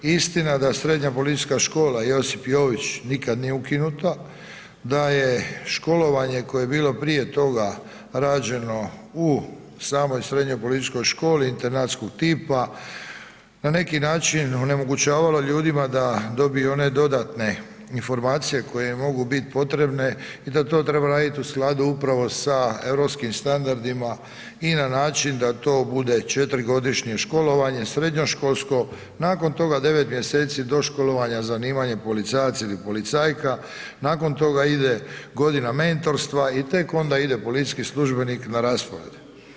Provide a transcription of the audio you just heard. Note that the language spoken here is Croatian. Istina da srednja policijska škola Josip Jović nikad nije ukinuta, da je školovanje koje je bilo prije toga rađeno u samoj srednjoj policijskoj školi internatskog tipa, na neki način onemogućavalo ljudima da dobiju one dodatne informacije koje mogu bit potrebne i da to treba radit u skladu upravo sa europskim standardima i na način da to bude četiri godišnje školovanje srednjoškolsko, nakon toga 9. mjeseci doškolovanja zanimanje policajac ili policajka, nakon toga ide godina mentorstva i tek onda ide policijski službenik na raspored.